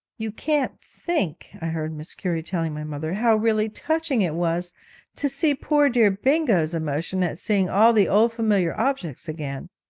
you can't think i heard mrs. currie telling my mother, how really touching it was to see poor dear bingo's emotion at seeing all the old familiar objects again!